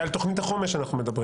זה על תוכנית החומש אנחנו מדברים.